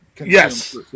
Yes